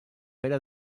pere